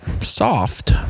soft